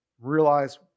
Realize